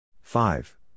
Five